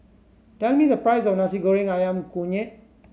tell me the price of Nasi Goreng Ayam Kunyit